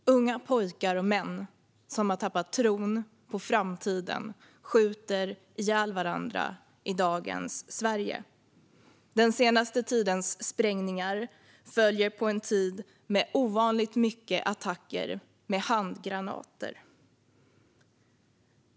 Fru talman! Unga pojkar och män som har tappat tron på framtiden skjuter ihjäl varandra i dagens Sverige. Den senaste tidens sprängningar följer på en tid med ovanligt många attacker med handgranater.